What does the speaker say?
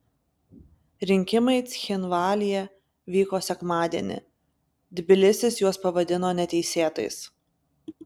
rinkimai cchinvalyje vyko sekmadienį tbilisis juos pavadino neteisėtais